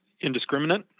indiscriminate